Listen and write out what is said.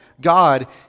God